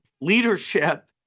leadership